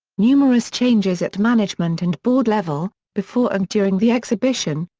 numerous changes at management and board level, before and during the exhibition,